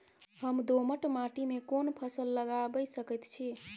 हम दोमट माटी में कोन फसल लगाबै सकेत छी?